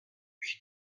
she